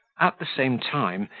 at the same time,